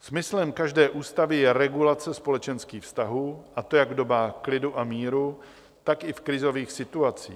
Smyslem každé ústavy je regulace společenských vztahů, a to jak v dobách klidu a míru, tak i v krizových situacích.